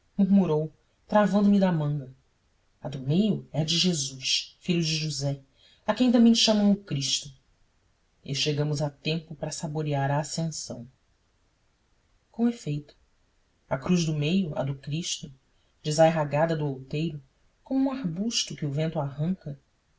murmurou travando me da manga a do meio é a de jesus filho de josé a quem também chamam o cristo e chegamos a tempo para saborear a ascensão com efeito a cruz do meio a do cristo desarraigada do outeiro como um arbusto que o vento arranca